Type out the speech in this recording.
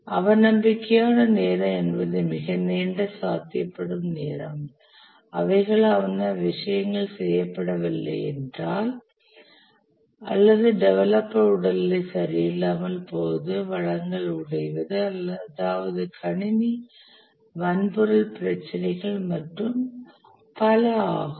அவநம்பிக்கையான நேரம் என்பது மிக நீண்ட சாத்தியப்படும் நேரம் அவைகளாவன விஷயங்கள் செயல்படவில்லை என்றால் அதாவது டெவலப்பர் உடல்நிலை சரியில்லாமல் போவது வளங்கள் உடைவது அதாவது கணினி வன்பொருள் பிரச்சினைகள் மற்றும் பல ஆகும்